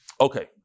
Okay